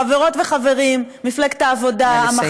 חברות וחברים, מפלגת העבודה, נא לסיים.